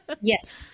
Yes